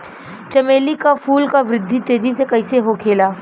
चमेली क फूल क वृद्धि तेजी से कईसे होखेला?